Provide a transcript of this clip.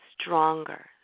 stronger